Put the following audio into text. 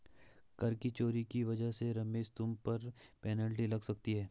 कर की चोरी की वजह से रमेश तुम पर पेनल्टी लग सकती है